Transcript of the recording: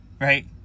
Right